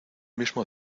mismo